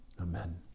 Amen